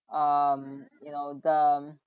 um you know the